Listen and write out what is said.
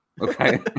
okay